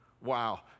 Wow